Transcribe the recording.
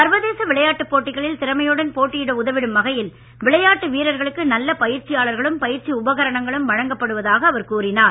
சர்வதேச விளையாட்டுப் போட்டிகளில் திறமையுடன் போட்டியிட உதவிடும் வகையில் விளையாட்டு வீரர்களுக்கு நல்ல பயிற்சியாளர்களும் பயிற்சி உபகரணங்களும் வழங்கப்படுவதாக அவர் கூறினார்